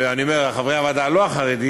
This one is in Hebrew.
ואני אומר, חברי הוועדה הלא-חרדים,